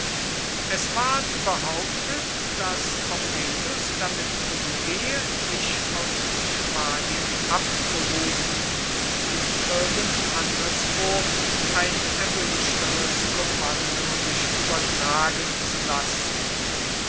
es ward behauptet daß pompeius damit umgehe sich aus spanien abberufen und irgend anderswo ein erwünschteres kommando sich übertragen zu lassen